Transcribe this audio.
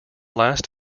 last